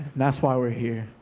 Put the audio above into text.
that's why we're here.